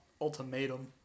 ultimatum